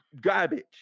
garbage